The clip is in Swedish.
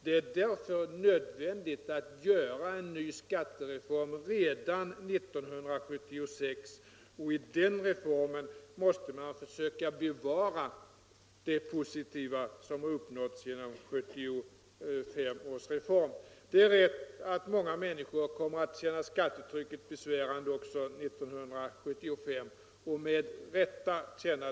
Det är därför nödvändigt att genomföra en ny skattereform redan 1976, och i den reformen måste man försöka bevara det positiva som har uppnåtts genom 1975 års reform. Det är riktigt att många människor kommer att känna skattetrycket besvärande också 1975, och med rätta.